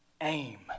aim